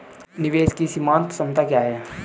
निवेश की सीमांत क्षमता क्या है?